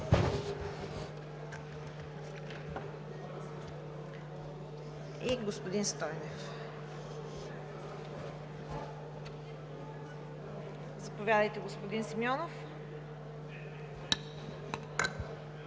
и господин Стойнев. Заповядайте, господин Симеонов.